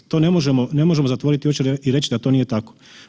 To ne možemo zatvoriti oči i reći da to nije tako.